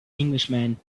englishman